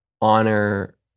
honor